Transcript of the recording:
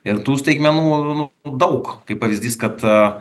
ir tų staigmenų nu daug kaip pavyzdys kad